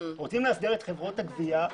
רוצים לאסדר את חברות הגבייה,